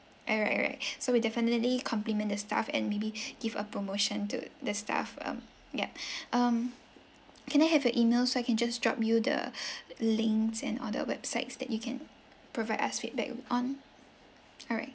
alright alright so we definitely compliment the staff and maybe give a promotion to the staff um yup um can I have your email so I can just drop you the links and all the websites that you can provide us feedback on alright